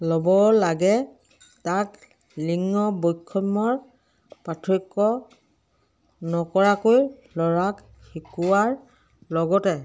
ল'ব লাগে তাক লিংগ বৈষম্যৰ পাৰ্থক্য নকৰাকৈ ল'ৰাক শিকোৱাৰ লগতে